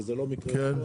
וזה לא מקרה ---,